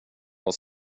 oss